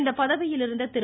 இப்பதவியிலிருந்த திரு